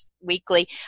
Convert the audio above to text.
weekly